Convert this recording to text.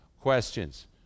questions